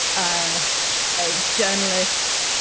ah a journalist,